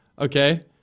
okay